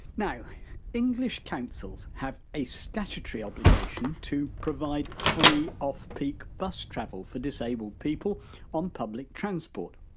now english councils have a statutory obligation to provide free off peak bus travel for disabled people on public transport.